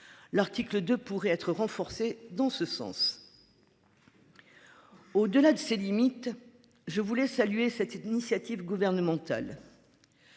L'article 2 pourraient être renforcées dans ce sens. Au-delà de ses limites. Je voulais saluer cette initiative gouvernementale.